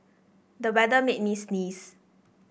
the weather made me sneeze